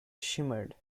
shimmered